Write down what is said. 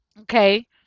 Okay